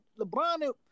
LeBron